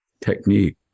technique